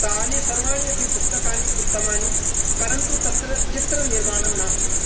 तानि सर्वाणि अपि पुस्तकानि उत्तमानि परन्तु तत्र चित्रनिर्माणं नास्ति